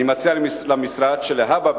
אני מציע למשרד שלהבא,